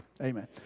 Amen